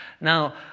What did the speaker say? Now